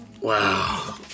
Wow